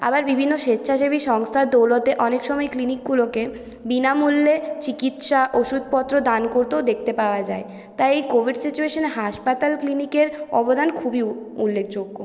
আবার বিভিন্ন স্বেচ্ছাসেবী সংস্থার দৌলতে অনেক সময় ক্লিনিকগুলোকে বিনামূল্যে চিকিৎসা ওষুধপত্র দান করতেও দেখতে পাওয়া যায় তাই কোভিড সিচুয়েশনে হাসপাতাল ক্লিনিকের অবদান খুবই উল্লেখযোগ্য